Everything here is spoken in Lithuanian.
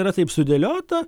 yra taip sudėliota